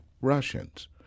Russians